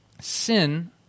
Sin